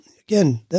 Again